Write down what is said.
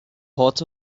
parts